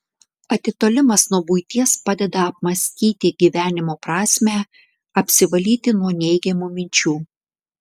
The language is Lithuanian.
atitolimas nuo buities padeda apmąstyti gyvenimo prasmę apsivalyti nuo neigiamų minčių